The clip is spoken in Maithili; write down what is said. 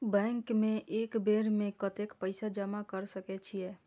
बैंक में एक बेर में कतेक पैसा जमा कर सके छीये?